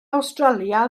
awstralia